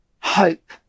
hope